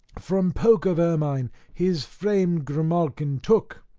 from poke of ermine his famed grimalkin took.